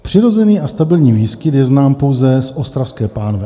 Přirozený a stabilní výskyt je znám pouze z Ostravské pánve.